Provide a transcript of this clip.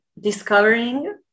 discovering